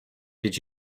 did